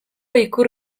ikur